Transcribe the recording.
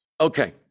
Okay